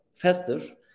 Faster